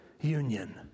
union